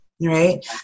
right